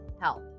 health